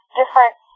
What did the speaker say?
different